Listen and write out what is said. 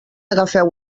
agafeu